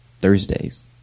Thursdays